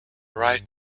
right